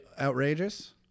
outrageous